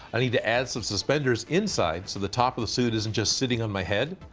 i need to add some suspenders inside, so the top of the suit isn't just sitting on my head,